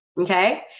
okay